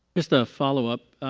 just a followup.